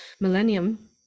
millennium